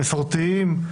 מסורתיים,